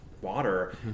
water